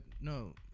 No